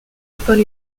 upon